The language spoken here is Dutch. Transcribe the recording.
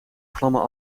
vlammen